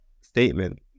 statement